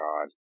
God